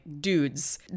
dudes